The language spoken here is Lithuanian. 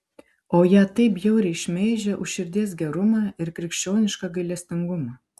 o ją taip bjauriai šmeižia už širdies gerumą ir krikščionišką gailestingumą